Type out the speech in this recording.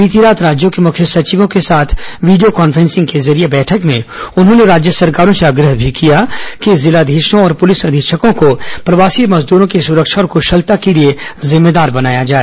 बीती रात राज्यों के मुख्य सचिवों के साथ वीडियो कॉन्फ्रेंसिंग के जरिए बैठक में उन्होंने राज्य सरकारों से यह आग्रह भी किया कि जिलाधीशों और पुलिस अधीक्षकों को प्रवासी मजदूरो की सुरक्षा और कुशलता के लिए जिम्मेदार बनाया जाए